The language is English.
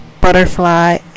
butterfly